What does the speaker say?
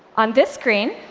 on this screen,